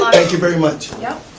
thank you very much. yep.